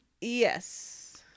Yes